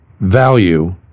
value